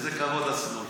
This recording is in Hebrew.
איזה כבוד עשינו לך.